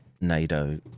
NATO